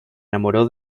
enamoró